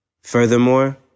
Furthermore